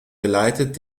geleitet